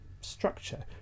Structure